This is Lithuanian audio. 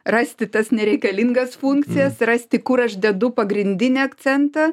rasti tas nereikalingas funkcijas rasti kur aš dedu pagrindinį akcentą